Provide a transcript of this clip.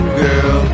girl